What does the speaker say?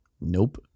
Nope